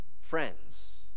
friends—